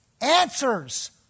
answers